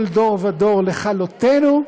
כל דור ודור, לכלותנו,